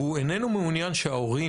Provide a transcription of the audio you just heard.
והוא איננו מעוניין שההורים